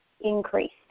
increase